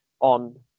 on